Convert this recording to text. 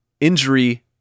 injury